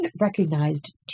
recognized